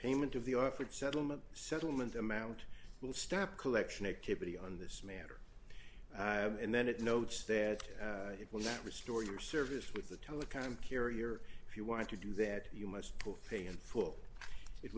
payment of the offered settlement settlement amount will stop collection activity on this matter and then it notes that it will that restore your service with the telecom carrier if you want to do that you must pay in full it